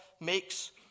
makes